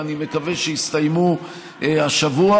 ואני מקווה שיסתיימו השבוע.